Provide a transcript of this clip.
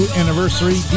anniversary